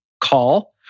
call